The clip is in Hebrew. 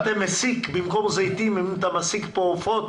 אם אתה מסיק כאן זיתים במקום עופות,